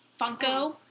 Funko